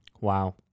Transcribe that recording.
Wow